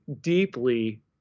deeply